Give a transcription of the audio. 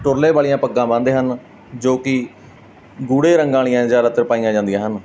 ਤੁਰਲੇ ਵਾਲੀਆਂ ਪੱਗਾਂ ਬੰਨਦੇ ਹਨ ਜੋ ਕਿ ਗੂੜ੍ਹੇ ਰੰਗਾਂ ਵਾਲੀਆਂ ਜ਼ਿਆਦਾਤਰ ਪਾਈਆਂ ਜਾਂਦੀਆਂ ਹਨ